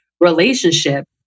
relationship